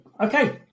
okay